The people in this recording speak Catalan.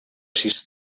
sis